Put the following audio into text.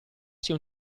sia